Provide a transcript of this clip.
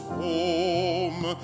home